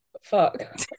Fuck